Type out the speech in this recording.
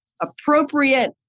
appropriate